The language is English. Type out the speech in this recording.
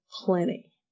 plenty